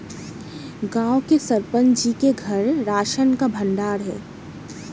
गांव के सरपंच जी के घर राशन का भंडार है